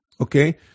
okay